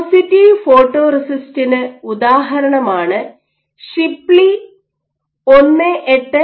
positive ഫോട്ടോറെസിസ്റ്റിന് ഉദാഹരണമാണ് Shipley 1813